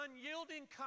unyielding